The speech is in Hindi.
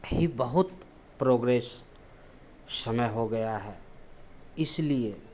ही बहुत प्रोग्रेस समय हो गया है इसलिए